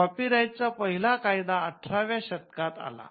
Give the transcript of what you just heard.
copyright चा पहिला कायदा १८ व्य शतकात आला